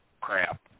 crap